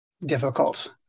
difficult